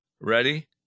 ready